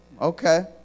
Okay